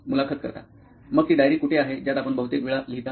मुलाखत कर्ता मग ती डायरी कुठे आहे ज्यात आपण बहुतेक वेळा लिहिता